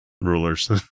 rulers